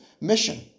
mission